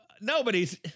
Nobody's